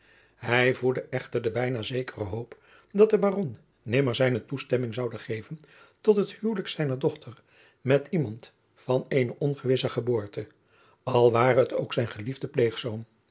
hij voedde echter de bijna zekere hoop dat de baron nimmer zijne toestemming zoude geven tot het huwelijk zijner dochter met iemand van eene ongewisse geboorte al ware het ook zijn geliefden